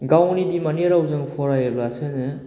गावनि बिमानि रावजों फरायब्लासो नो